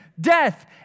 death